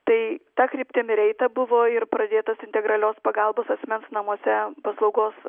tai ta kryptim ir eita buvo ir pradėtas integralios pagalbos asmens namuose paslaugos